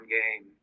game